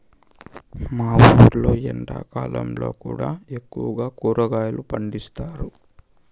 మా ఊర్లో ఎండాకాలంలో కూడా ఎక్కువగా కూరగాయలు పండిస్తారు